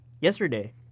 yesterday